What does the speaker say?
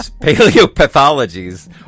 paleopathologies